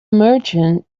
merchant